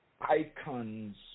icons